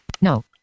No